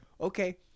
Okay